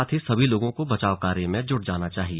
साथ ही सभी लोगों को बचाव कार्य में जुट जाना चाहिए